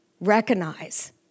recognize